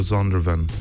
Zondervan